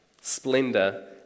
splendor